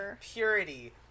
purity